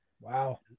Wow